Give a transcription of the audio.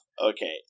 Okay